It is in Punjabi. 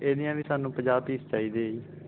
ਇਹਦੀਆਂ ਵੀ ਸਾਨੂੰ ਪੰਜਾਹ ਪੀਸ ਚਾਹੀਦੇ ਹੈ ਜੀ